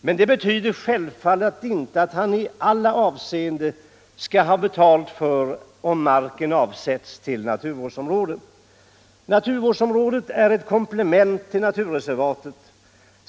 Men det betyder självfallet inte att han skall ha betalt för att marken avsätts till naturvårdsområde. Naturvårdsområdet är ett komplement till naturreservatet.